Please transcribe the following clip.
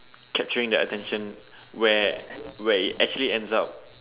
capturing their attention where where it actually ends up